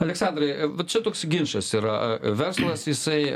aleksandrai va čia toks ginčas yra verslas jisai